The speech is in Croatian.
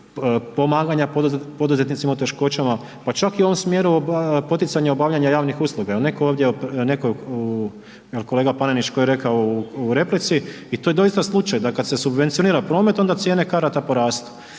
pomaganja poduzetnicima u teškoćama i čak i u ovom smjeru poticanja obavljanja javnih usluga, jel netko ovdje jel kolega Panenić, ko je rekao u replici, i to je doista slučaj da kad se subvencionira promet onda cijene karata porastu.